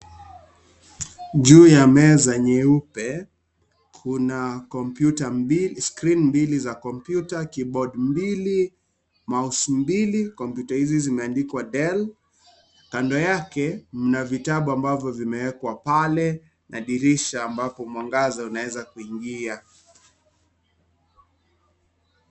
Juu ya meza nyeupe, kuna skrini mbili za kompyuta, kibodi mbili, mouse mbili. Kompyuta hizi zimeandikwa Dell. Kando yake mna vitabu ambavyo vimewekwa pale na dirisha ambapo mwangaza unaweza kuingia.